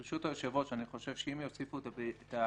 ברשות היושב-ראש, אני חושב שאם יוסיפו את הביטוי: